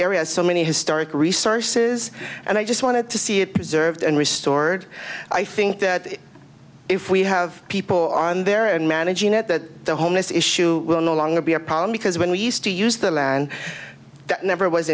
area's so many historic resources and i just wanted to see it preserved and restored i think that if we have people on there and managing it that the homeless issue will no longer be a problem because when we used to use the land that never was